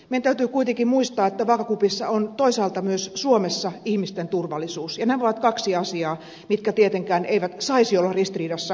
meidän täytyy kuitenkin muistaa että vaakakupissa on toisaalta myös ihmisten turvallisuus suomessa ja nämä ovat kaksi asiaa mitkä tietenkään eivät saisi olla ristiriidassa keskenään